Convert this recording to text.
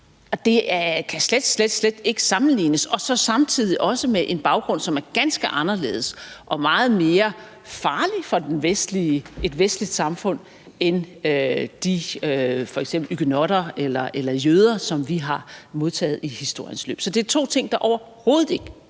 slet, slet ikke sammenlignes. Og samtidig har de en baggrund, som er ganske anderledes og meget mere farlig for et vestligt samfund end f.eks. de huguenotter eller jøder, som vi har modtaget i historiens løb. Så det er to ting, der overhovedet ikke kan